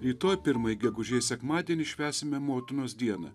rytoj pirmąjį gegužės sekmadienį švęsime motinos dieną